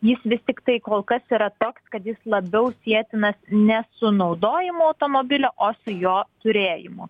jis vis tiktai kol kas yra toks kad jis labiau sietinas ne su naudojimu automobilio o su jo turėjimu